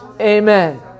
Amen